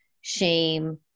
shame